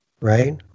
Right